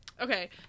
Okay